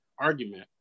argument